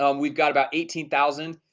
um we've got about eighteen thousand.